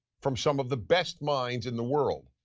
from some of the best minds in the world?